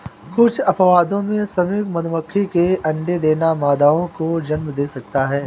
कुछ अपवादों में, श्रमिक मधुमक्खी के अंडे देना मादाओं को जन्म दे सकता है